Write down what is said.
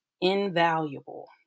invaluable